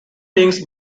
beings